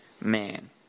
man